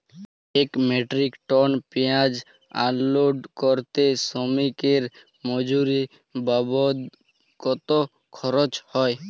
এক metric ton পেঁয়াজ unload করতে শ্রমিকের মজুরি বাবদ কত খরচ হয়?